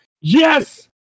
Yes